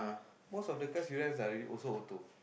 most of the cars you rent directly also auto